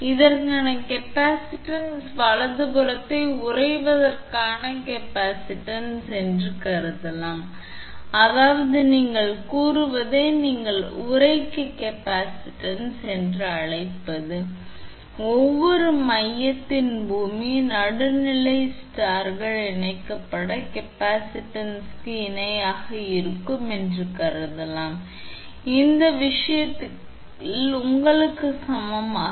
எனவே இதற்கான கேப்பாசிட்டன்ஸ் வலதுபுறத்தை உறைவதற்கான கேப்பாசிட்டன்ஸ் என்று கருதலாம் அதாவது நீங்கள் கூறுவதை நீங்கள் உறைக்கு கேப்பாசிட்டன்ஸ் என்று அழைப்பது ஒவ்வொரு மையத்தின் பூமி நடுநிலை ஸ்டார்ன் இணைக்கப்பட்ட கேப்பாசிட்டன்ஸ்க்கு இணையாக இருக்கும் என்று கருதலாம் அந்த விஷயத்தில் உங்களுக்கு சமமான C இருக்கும் 3𝐶𝑐 𝐶𝑠 க்கு சமமாக இருக்க வேண்டும்